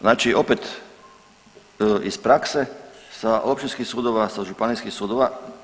Znači opet iz prakse, sa općinskih sudova, sa županijskih sudova.